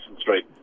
Street